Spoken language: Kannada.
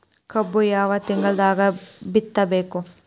ಕಬ್ಬು ಯಾವ ತಿಂಗಳದಾಗ ಬಿತ್ತಬೇಕು?